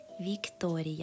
Victoria